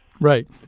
Right